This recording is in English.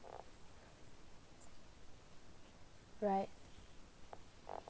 right